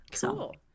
Cool